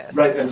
right. and